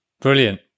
Brilliant